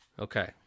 Okay